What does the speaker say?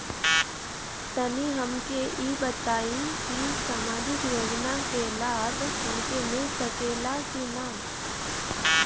तनि हमके इ बताईं की सामाजिक योजना क लाभ हमके मिल सकेला की ना?